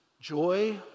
joy